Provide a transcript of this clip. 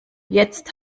jetzt